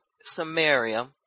Samaria